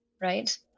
right